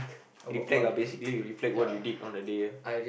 reflect ah basically you reflect what you did on the day ah